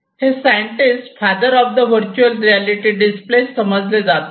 हे scientist father of virtual reality display समजले जातात